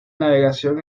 navegación